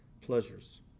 pleasures